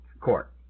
court